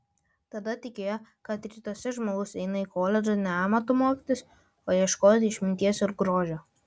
tada tikėjo kad rytuose žmogus eina į koledžą ne amato mokytis o ieškoti išminties ir grožio